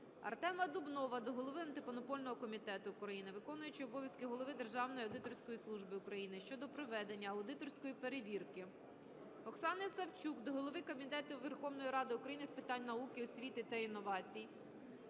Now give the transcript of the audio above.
Артема Дубнова до голови Антимонопольного комітету України, виконуючої обов'язки голови Державної аудиторської служби України щодо проведення аудиторської перевірки. Оксани Савчук до голови Комітету Верховної Ради України з питань науки, освіти та інновацій,